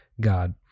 God